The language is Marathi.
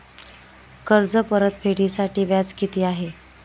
कर्ज परतफेडीसाठी व्याज किती आहे?